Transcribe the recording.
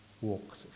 walks